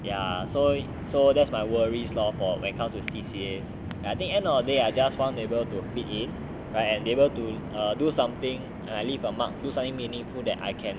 ya so so that's my worries lor for when comes to C_C_A like I think end of the day I just want to be able to fit in and right and be able to do something and like leave a mark do something meaningful that I can